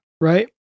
right